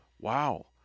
Wow